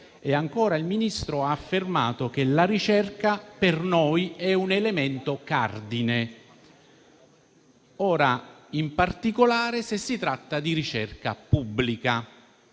Ancora, il Ministro ha affermato che la ricerca per noi è un elemento cardine, in particolare se si tratta di ricerca pubblica.